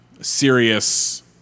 serious